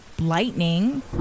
lightning